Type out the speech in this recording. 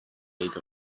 date